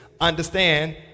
understand